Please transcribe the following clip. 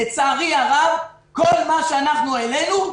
לצערי הרב כל מה שהעלינו,